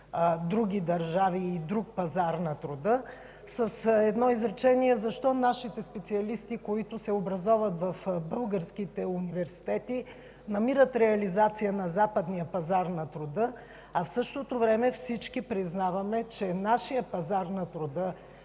други държави и друг пазар на труда? С едно изречение, защо нашите специалисти, които се образоват в българските университети, намират реализация на западния пазар на труда, а в същото време всички признаваме, че нашият пазар на труда